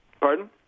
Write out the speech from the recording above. Pardon